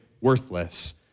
worthless